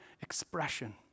expression